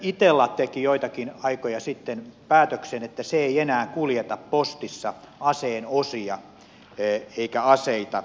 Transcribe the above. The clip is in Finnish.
itella teki joitakin aikoja sitten päätöksen että se ei enää kuljeta postissa aseen osia eikä aseita